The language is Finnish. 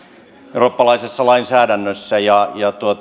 eurooppalaisessa lainsäädännössä ja